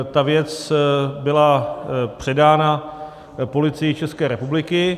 Ta věc byla předána Policii České republiky.